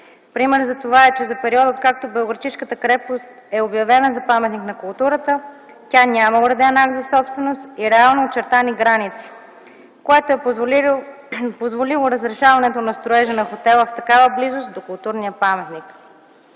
Пример за това е, че за периода откакто Белоградчишката крепост е обявена за паметник на културата, тя няма уреден акт за собственост при реално очертани граници, което е позволило разрешаването на строежа на хотела в такава близост до културния паметник.